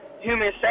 human